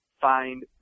find